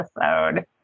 episode